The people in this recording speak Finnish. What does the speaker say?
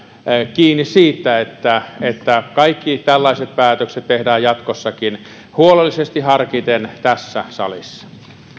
kiinni siitä että että kaikki tällaiset päätökset tehdään jatkossakin huolellisesti harkiten tässä salissa